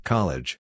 College